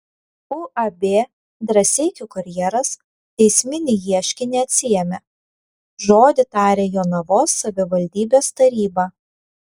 uab drąseikių karjeras teisminį ieškinį atsiėmė žodį tarė jonavos savivaldybės taryba